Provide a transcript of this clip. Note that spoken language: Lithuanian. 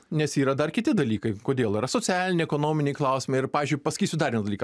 nes yra dar kiti dalykai kodėl yra socialiniai ekonominiai klausimai ir pavyzdžiui pasakysiu dar vieną dalyką